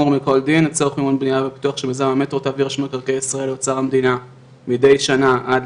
ואנשים יפשטו רגל את זה אף פעם האוצר לא ירוץ